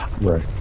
Right